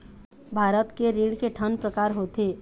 भारत के ऋण के ठन प्रकार होथे?